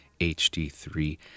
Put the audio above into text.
HD3